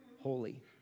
holy